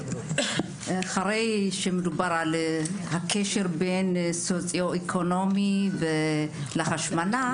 אחרי שדובר על הקשר בין סוציו אקונומי להשמנה,